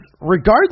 regardless